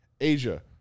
Asia